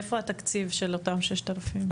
מאיפה התקציב של אותם 6000?